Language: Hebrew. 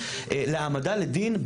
להעמדה לדין,